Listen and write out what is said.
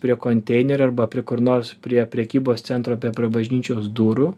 prie konteinerio arba prie kur nors prie prekybos centro prie bažnyčios durų